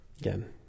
again